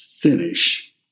finish